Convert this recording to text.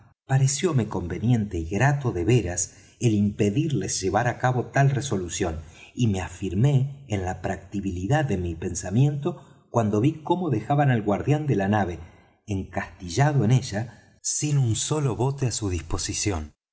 mar parecióme conveniente y grato de veras el impedirles llevar á cabo tal resolución y me afirmé en la practicabilidad de mi pensamiento cuando ví como dejaban al guardián de la nave encastillado en ella sin un sólo bote á su disposición